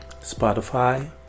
Spotify